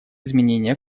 изменения